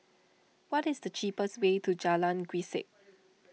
what is the cheapest way to Jalan Grisek